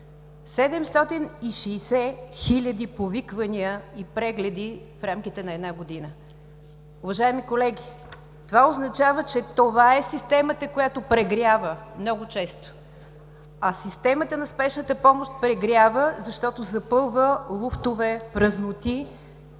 хиляди повиквания и прегледи в рамките на една година! Уважаеми колеги, това означава, че това е системата, която прегрява много често, а системата на Спешната помощ прегрява, защото запълва луфтове, празноти,